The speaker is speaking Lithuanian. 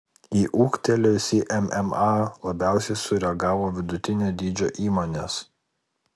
į ūgtelėjusį mma labiausiai sureagavo vidutinio dydžio įmonės